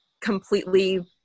completely